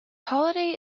holiday